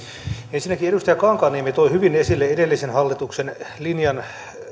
ensinnäkin edustaja kankaanniemi toi hyvin esille edellisen hallituksen linjan